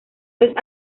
los